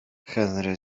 henry